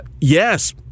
Yes